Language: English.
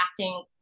acting